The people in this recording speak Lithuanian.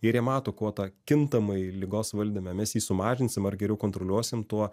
ir jie mato kuo tą kintamajį ligos valdyme mes jį sumažinsim ar geriau kontroliuosim tuo